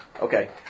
Okay